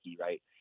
right